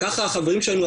ככה החברים שלנו,